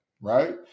right